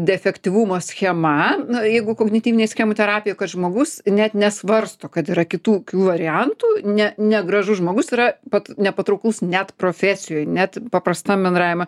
defektyvumo schema na jeigu kognityvinėj schemų terapijoj kad žmogus net nesvarsto kad yra kitų variantų ne negražus žmogus yra pat nepatrauklus net profesijoj net paprastam bendravime